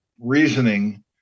reasoning